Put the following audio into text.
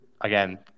again